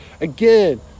Again